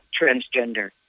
transgender